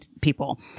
people